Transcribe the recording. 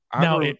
Now